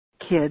kids